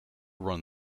run